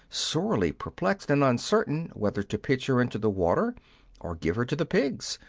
sorely perplexed, and uncertain whether to pitch her into the water or give her to the pigs,